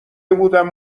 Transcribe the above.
بودم